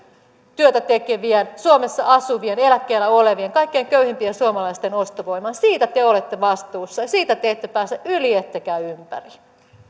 työtätekevien suomessa asuvien eläkkeellä olevien kaikkein köyhimpien suomalaisten ostovoimaan siitä te te olette vastuussa ja siitä te ette pääse yli ettekä ympäri